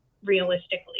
Realistically